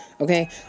Okay